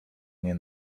nie